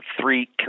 three